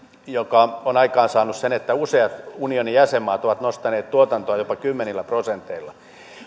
mikä on aikaansaanut sen että useat unionin jäsenmaat ovat nostaneet tuotantoaan jopa kymmenillä prosenteilla